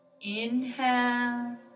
inhale